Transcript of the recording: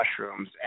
mushrooms